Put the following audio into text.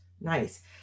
Nice